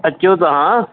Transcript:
अचो तव्हां